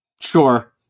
Sure